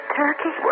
turkey